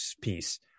piece